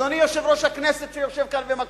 אדוני יושב-ראש הכנסת, שיושב כאן ומקשיב,